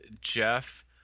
Jeff